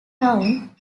town